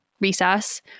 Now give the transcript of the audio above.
recess